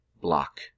block